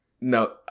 No